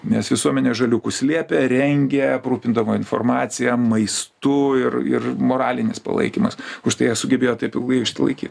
nes visuomenė žaliukus slėpė rengė aprūpindavo informacija maistu ir ir moralinis palaikymas užtai jie sugebėjo taip ilgai išsilaikyt